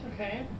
Okay